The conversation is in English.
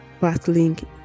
battling